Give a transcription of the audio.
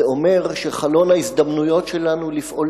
זה אומר שחלון ההזדמנויות שלנו לפעול